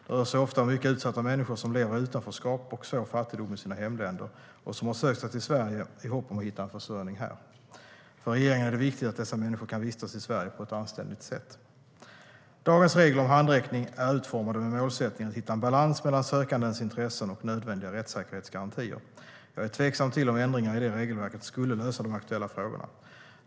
Det rör sig ofta om mycket utsatta människor som lever i utanförskap och svår fattigdom i sina hemländer och som har sökt sig till Sverige i hopp om att hitta en försörjning här. För regeringen är det viktigt att dessa människor kan vistas i Sverige på ett anständigt sätt. Dagens regler om handräckning är utformade med målsättningen att hitta en balans mellan sökandens intressen och nödvändiga rättssäkerhetsgarantier. Jag är tveksam till om ändringar i det regelverket skulle lösa de aktuella frågorna.